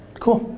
cool.